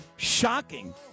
Shocking